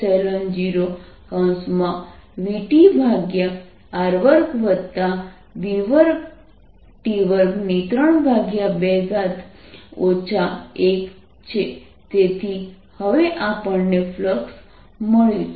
da q2ϵ0vtR2v2t232 1 છે તેથી હવે આપણને ફ્લક્સ મળ્યું છે